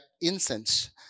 incense